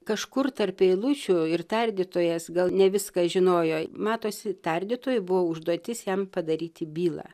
kažkur tarp eilučių ir tardytojas gal ne viską žinojo matosi tardytojui buvo užduotis jam padaryti bylą